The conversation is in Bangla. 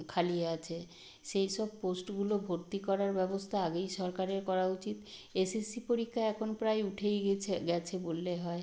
খালি আছে সেই সব পোস্টগুলো ভর্তি করার ব্যবস্তা আগেই সরকারের করা উচিত এসএসসি পরীক্ষা এখন প্রায় উঠেই গিছে গেছে বললে হয়